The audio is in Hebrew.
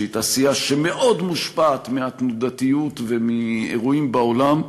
שהיא תעשייה שמאוד מושפעת מהתנודתיות ומהאירועים בעולם,